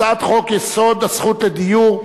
הצעת חוק-יסוד: הזכות לדיור,